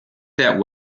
that